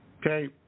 Okay